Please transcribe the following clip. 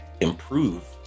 improve